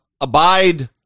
abide